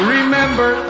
remember